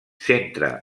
centra